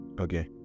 okay